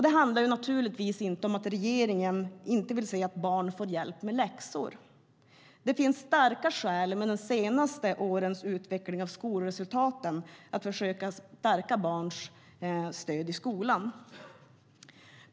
Det handlar naturligtvis inte om att regeringen inte vill att barn ska få hjälp med läxor. Det finns starka skäl med de senaste årens utveckling av skolresultaten att försöka stärka barns stöd i skolan.